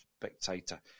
Spectator